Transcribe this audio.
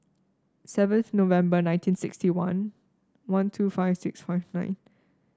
seven November nineteen sixty one one two five six five nine